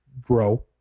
grow